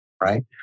right